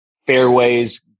fairways